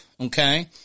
Okay